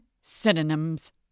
synonyms